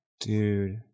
Dude